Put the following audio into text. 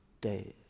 days